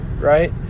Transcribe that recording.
Right